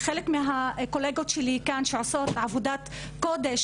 חלק מהקולגות שלי כאן שעושות עבודת קודש